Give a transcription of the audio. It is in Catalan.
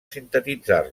sintetitzar